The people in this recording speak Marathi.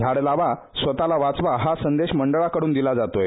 झाडे लावा स्वतःला वाचवा हा संदेश मंडळाकडून दिला जातोय